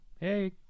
Hey